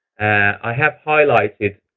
i have highlighted